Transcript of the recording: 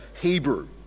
Hebrew